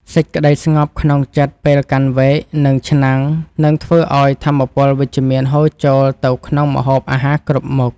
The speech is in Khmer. សេចក្តីស្ងប់ក្នុងចិត្តពេលកាន់វែកនិងឆ្នាំងនឹងធ្វើឱ្យថាមពលវិជ្ជមានហូរចូលទៅក្នុងម្ហូបអាហារគ្រប់មុខ។